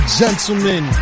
gentlemen